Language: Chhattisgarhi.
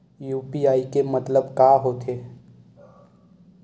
यू.पी.आई के मतलब का होथे?